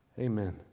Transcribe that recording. Amen